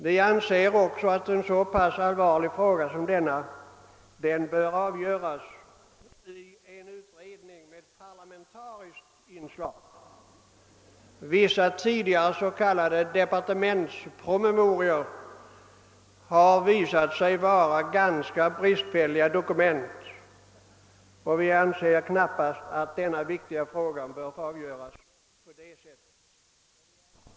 Vi anser också att en så allvarlig fråga som denna bör avgöras efter en utredning med parlamentariskt inslag. Vissa tidigare s.k. departementspromemorior har visat sig vara ganska bristfälliga dokument, och vi anser knappast att denna viktiga fråga bör avgöras på det sättet.